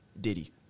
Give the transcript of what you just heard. Diddy